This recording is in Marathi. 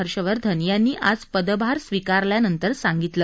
हर्षवर्धन यांनी आज पदभार स्वीकारल्यानंतर सांगितलं